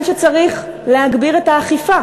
שצריך להגביר את האכיפה.